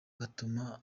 gatuma